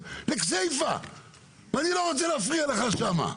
צמצום מספר השוהים בישראל שלא כחוק זו בעיה קבועה,